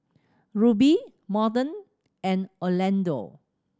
Rubie Morton and Orlando